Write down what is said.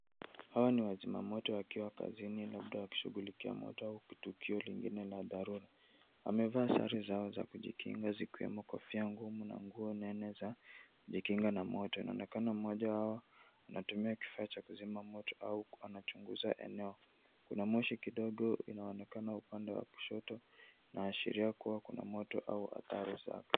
Hawa ni wazima moto wakiwa kazini labda wakishughulikia moto au tukio lingine la dharura. Wamevaa sare zao za kujikinga zikiwemo kofia ngumu na nguo nene za kujikinga na moto. Inaonekana mmoja wao anatumia kifaa cha kuzima moto au anachunguza eneo. Kuna moshi kidogo inaonekana upande wa kushoto inaashiria kuwa kuna moto kubwa au hatari sana.